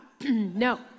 No